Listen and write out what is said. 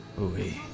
movie